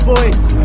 Voice